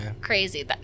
crazy